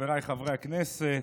חבריי חברי הכנסת,